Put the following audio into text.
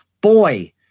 Boy